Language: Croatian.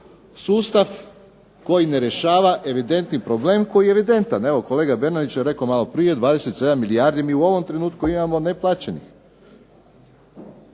sustav koji ne rješava evidentni problem koji je evidentan. Evo kolega Bernardić je rekao maloprije, 27 milijardi mi u ovom trenutku imamo neplaćenih,